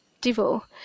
devil